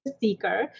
seeker